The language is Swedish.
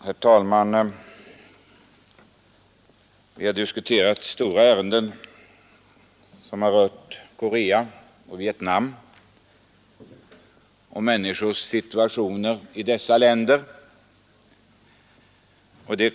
Herr talman! Vi har i dag diskuterat stora ärenden som berört Korea och Vietnam och människors situation i dessa länder.